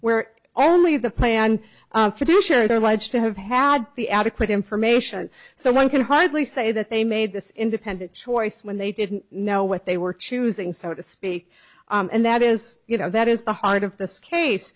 where only the play and traditions are alleged to have had the adequate information so one can hardly say that they made this independent choice when they didn't know what they were choosing so to speak and that is you know that is the heart of this case